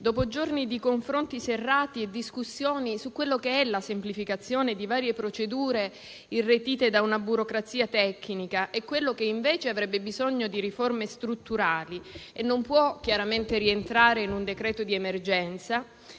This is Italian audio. dopo giorni di confronti serrati e discussioni sulla semplificazione di varie procedure irretite da una burocrazia tecnica e su ciò che invece avrebbe bisogno di riforme strutturali e non può chiaramente rientrare in un decreto di emergenza,